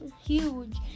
huge